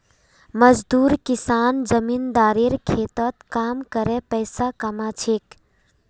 मजदूर किसान जमींदारेर खेतत काम करे पैसा कमा छेक